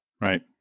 Right